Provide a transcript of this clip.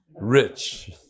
Rich